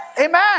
Amen